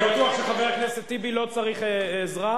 אני בטוח שחבר הכנסת טיבי לא צריך עזרה,